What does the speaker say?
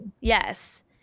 yes